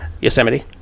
Yosemite